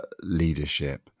leadership